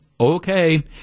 okay